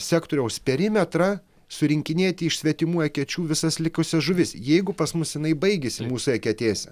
sektoriaus perimetrą surinkinėti iš svetimų ekečių visas likusias žuvis jeigu pas mus jinai baigėsi mūsų eketėse